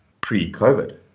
pre-COVID